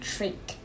Treat